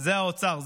זה האוצר.